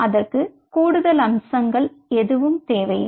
அதற்கு கூடுதல் அம்சங்கள் எதுவும் தேவையில்லை